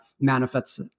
manifests